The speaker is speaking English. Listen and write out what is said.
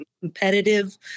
competitive